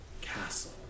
castle